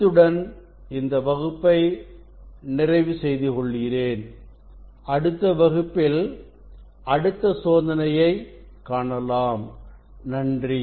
இத்துடன் இந்த வகுப்பை நிறைவு செய்து கொள்கிறேன் அடுத்த வகுப்பில் அடுத்த சோதனையை காணலாம் நன்றி